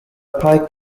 pike